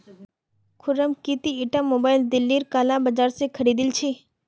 खुर्रम की ती ईटा मोबाइल दिल्लीर काला बाजार स खरीदिल छि